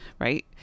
right